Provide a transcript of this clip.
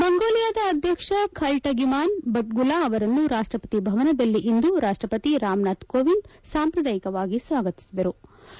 ಮಂಗೋಲಿಯಾದ ಅಧ್ಯಕ್ಷ Khaltmaagiin Battulga ಅವರನ್ನು ರಾಷ್ಟಪತಿ ಭವನದಲ್ಲಿ ಇಂದು ರಾಷ್ಟಪತಿ ರಾಮನಾಥ್ ಕೋವಿಂದ್ ಸಾಂಪ್ರದಾಯಿಕವಾಗಿ ಸ್ವಾಗತಿಸಲಾಯಿತು